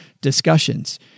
discussions